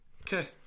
Okay